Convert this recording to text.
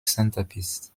centerpiece